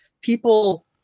people